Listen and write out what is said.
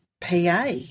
PA